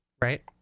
right